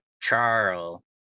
Charles